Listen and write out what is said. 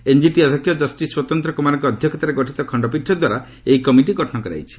NGT ଅଧ୍ୟକ୍ଷ justice Swatanter କୁମାରଙ୍କ ଅଧ୍ୟକ୍ଷତାରେ ଗଠିତ ଖଣ୍ଡପୀଠଦ୍ୱାରା ଏହି କମିଟି ଗଠନ କରାଯାଇଛି